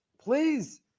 Please